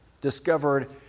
discovered